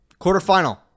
Quarterfinal